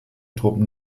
truppen